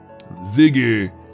Ziggy